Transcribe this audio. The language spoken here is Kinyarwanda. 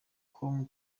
com